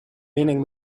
meaning